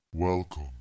Welcome